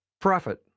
Profit